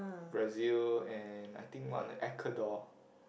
Brazil and I think one Ecuador